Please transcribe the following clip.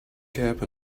cap